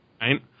Right